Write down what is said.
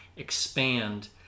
expand